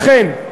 לכן,